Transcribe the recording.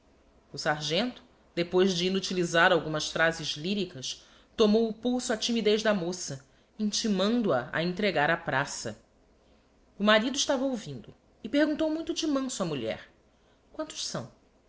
o sargento depois de inutilisar algumas phrases lyricas tomou o pulso á timidez da moça intimando a a entregar a praça o marido estava ouvindo e perguntou muito de manso á mulher quantos são